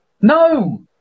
No